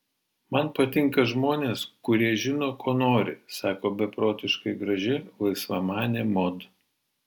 man patinka žmonės kurie žino ko nori sako beprotiškai graži laisvamanė mod